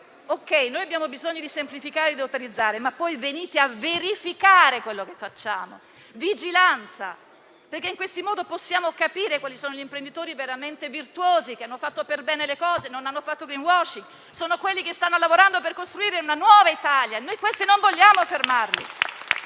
che abbiamo bisogno di semplificare e utilizzare, ma poi anche di verificare ciò che fanno. Occorre vigilanza perché in questo modo possiamo capire quali sono gli imprenditori veramente virtuosi che hanno fatto per bene le cose e non hanno fatto *greenwashing*. Sono quelli che stanno lavorando per costruire una nuova Italia. e che noi non vogliamo fermare.